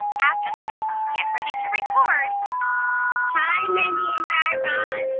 after the beep, get ready to record hi, mindy and guy raz.